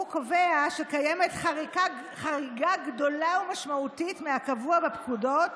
הוא קובע שקיימת חריגה גדולה ומשמעותית מהקבוע בפקודות